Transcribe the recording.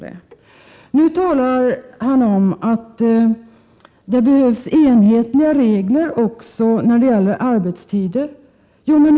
Sven-Olof Nordlund talar om att det behövs enhetliga regler även i fråga om arbetstider.